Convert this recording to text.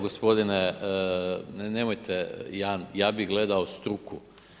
Gospodine, nemojte, ja bi gledao struku.